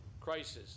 crisis